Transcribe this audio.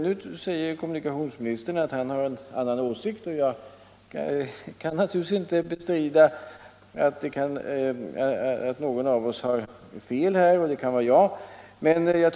Nu säger kommunikationsministern att han har en annan åsikt, och jag kan naturligtvis inte bestrida att någon av oss har fel och att det kan vara jag.